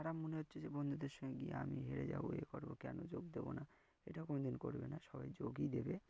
খারাপ মনে হচ্ছে যে বন্ধুদের সঙ্গে গিয়ে আমি হেরে যাবো এ করবো কেন যোগ দেবো না এটাও কোনো দিন করবে না সবাই যোগই দেবে